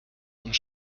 und